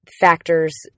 factors